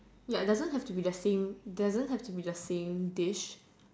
ya doesn't have to be the same ya doesn't have to be the same dish